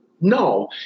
No